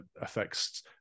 affects